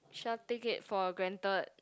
should not take it for granted